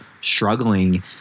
struggling